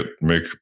make